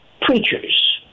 preachers